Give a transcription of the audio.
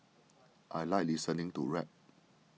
I like listening to rap